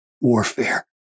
warfare